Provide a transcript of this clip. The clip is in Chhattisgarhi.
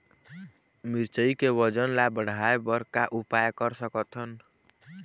मिरचई के वजन ला बढ़ाएं बर का उपाय कर सकथन?